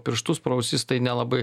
pirštus pro ausis tai nelabai